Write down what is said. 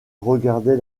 regardait